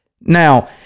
Now